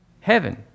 heaven